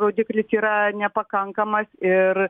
rodiklis yra nepakankamas ir